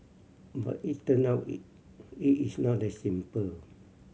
but it turn out it it is not that simple